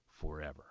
forever